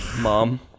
Mom